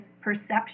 perception